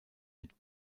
mit